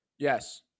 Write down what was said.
Yes